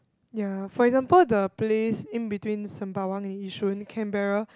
ya for example the place in between Sembawang and Yishun Canberra